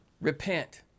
repent